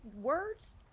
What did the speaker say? words